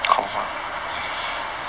ah even if I get in uni